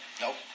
Nope